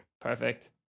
Perfect